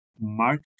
mark